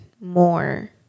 more